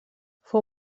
fou